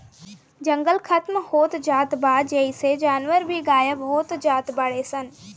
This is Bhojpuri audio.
जंगल खतम होत जात बा जेइसे जानवर भी गायब होत जात बाडे सन